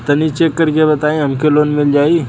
तनि चेक कर के बताई हम के लोन मिल जाई?